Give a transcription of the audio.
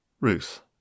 Ruth